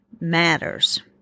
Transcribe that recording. matters